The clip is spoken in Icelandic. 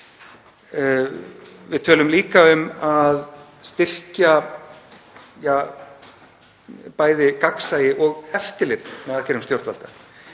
Við tölum líka um að styrkja bæði gagnsæi og eftirlit með aðgerðum stjórnvalda.